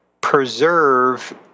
preserve